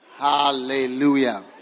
Hallelujah